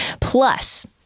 Plus